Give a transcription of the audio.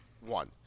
one